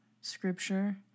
scripture